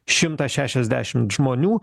šimtas šešiasdešimt žmonių